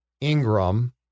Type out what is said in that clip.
Ingram